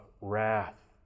wrath